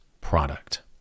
product